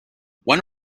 when